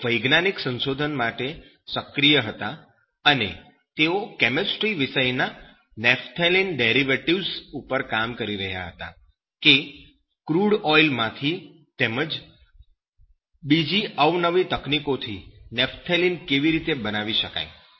તેઓ વૈજ્ઞાનિક સંશોધન માટે સક્રિય હતા અને તેઓ કેમિસ્ટ્રી વિષયના નેપ્થેલિન ડેરિવેટિવ્ઝ ઉપર કામ કરી રહ્યા હતા કે ક્રૂડ ઓઈલ માંથી તેમજ બીજી અવનવી તકનીકોથી નેપ્થેલિન કેવી રીતે બનાવી શકાય